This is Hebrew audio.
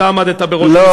אתה עמדת בראש המשרד,